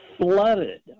Flooded